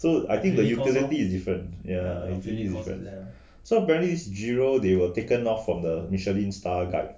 so I think the utility is different ya so apparently zero they were taken down from the michelin star guide